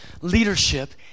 leadership